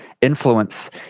influence